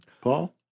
Paul